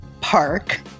park